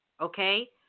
Okay